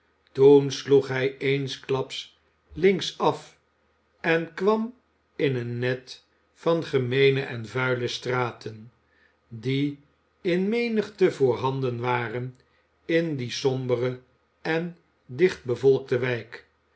toen sloeg hij eensklaps linksaf en kwam in een net van gemeene en vuile straten die in menigte voorhanden waren in die sombere en dichtbevolkte wijk